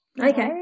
Okay